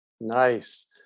nice